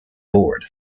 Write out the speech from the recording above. board